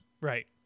Right